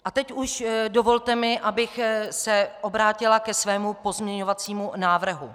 A teď už mi dovolte, abych se obránila ke svému pozměňovacímu návrhu.